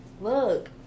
look